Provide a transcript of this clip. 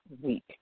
week